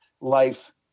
life